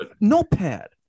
notepad